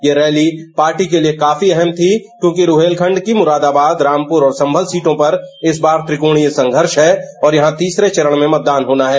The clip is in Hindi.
ये रैली पार्टी के लिए काफी अहम थी क्योंकि रुहेलखंड की मुराबादाबाद रामपुर और संगल सीटों पर इस बार त्रिकोणीय संघर्ष है और यहां तीसरे चरण में मतदान होना है